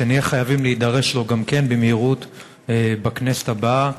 שנהיה חייבים להידרש לו גם כן במהירות בכנסת הבאה.